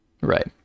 Right